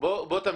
בוא תמשיך.